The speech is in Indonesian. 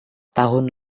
tahun